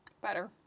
Better